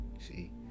See